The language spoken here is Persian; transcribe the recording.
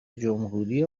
جمهوری